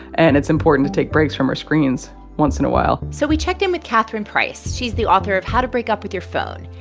and it's important to take breaks from our screens once in a while so we checked in with catherine price. she's the author of how to break up with your phone,